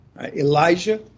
Elijah